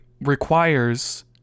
requires